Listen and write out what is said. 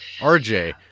RJ